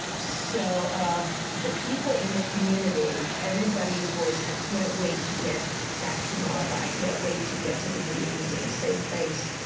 so um but the people in the community, everybody's voice, i can't wait to get back to normal. i can't wait to get to the meetings in the same place.